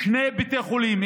שני בתי חולים,